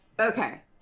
Okay